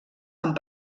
amb